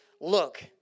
Look